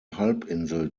halbinsel